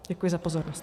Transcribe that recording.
Děkuji za pozornost.